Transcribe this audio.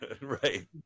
right